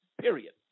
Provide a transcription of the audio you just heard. period